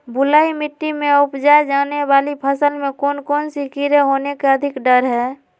बलुई मिट्टी में उपजाय जाने वाली फसल में कौन कौन से कीड़े होने के अधिक डर हैं?